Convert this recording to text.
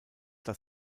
das